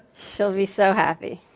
she'll be so happy.